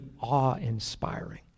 awe-inspiring